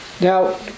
Now